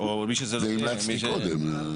את זה המלצתי קודם.